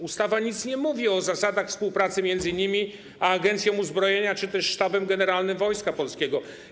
Ustawa nic nie mówi o zasadach współpracy między nimi a Agencją Uzbrojenia czy też Sztabem Generalnym Wojska Polskiego.